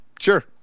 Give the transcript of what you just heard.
Sure